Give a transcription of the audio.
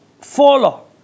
follow